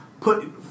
put